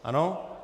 Ano?